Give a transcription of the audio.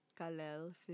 Kalel